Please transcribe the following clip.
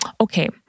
okay